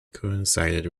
coincided